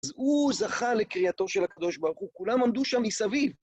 אז הוא זכה לקריאתו של הקדוש ברוך הוא. כולם עמדו שם מסביב.